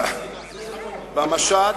במשט